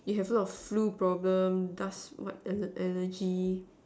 you have a lot of flu problem dust what alle~ allergy